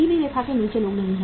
गरीबी रेखा से नीचे के लोग नहीं